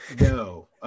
No